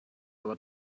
aber